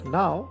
now